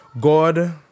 God